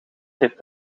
heeft